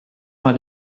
mal